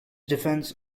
defense